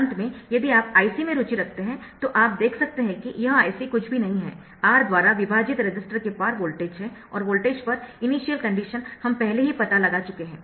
अंत में यदि आप Ic में रुचि रखते है तो आप देख सकते है कि यह Ic कुछ भी नहीं है R द्वारा विभाजित रेसिस्टर के पार वोल्टेज है और वोल्टेज पर इनिशियल कंडीशन हम पहले ही पता लगा चुके है